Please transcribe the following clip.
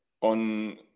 on